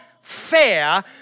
fair